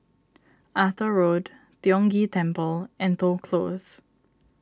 Arthur Road Tiong Ghee Temple and Toh Close